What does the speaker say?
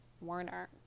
Warner